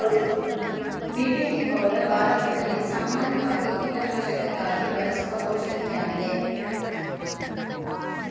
DDT powder ಭಾರತದಲ್ಲಿ ಸಾಮಾನ್ಯವಾಗಿ ಕೀಟನಾಶಕಕ್ಕಾಗಿ ಬಳಸುವ ಔಷಧಿಯಾಗಿದೆ